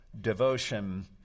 devotion